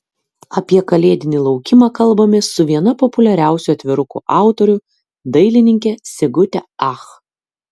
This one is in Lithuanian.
apie kalėdinį laukimą kalbamės su viena populiariausių atvirukų autorių dailininke sigute ach